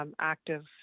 active